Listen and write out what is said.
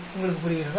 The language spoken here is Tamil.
உங்களுக்கு புரிகிறதா